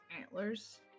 antlers